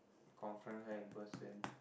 comfort her in person